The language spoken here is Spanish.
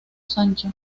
sancho